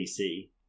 PC